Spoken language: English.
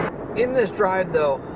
in this drive, though,